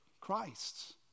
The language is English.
Christ